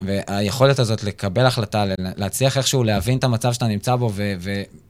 והיכולת הזאת לקבל החלטה, להצליח איכשהו להבין את המצב שאתה נמצא בו, ו...